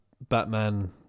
Batman